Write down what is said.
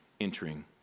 entering